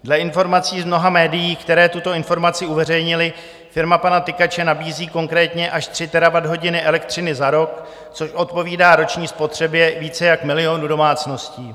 Dle informací z mnoha médií, která tuto informaci uveřejnila, firma pana Tykače nabízí konkrétně až 3 terawatthodiny elektřiny za rok, což odpovídá roční spotřebě více než milionu domácností.